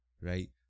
right